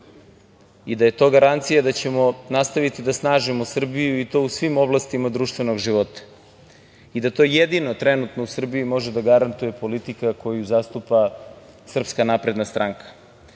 i da je to garancija da ćemo nastaviti da snažimo Srbiju i to u svim oblastima društvenog života i da to jedino trenutno u Srbiji može da garantuje politika koju zastupa Srpska napredna stranka. Hoću